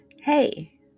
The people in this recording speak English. Hey